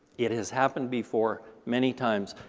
it has happened before many times.